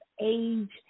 age